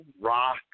rock